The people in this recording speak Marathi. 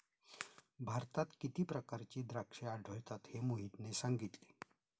भारतात किती प्रकारची द्राक्षे आढळतात हे मोहितने सांगितले